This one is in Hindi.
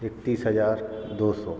इकतीस हजार दो सौ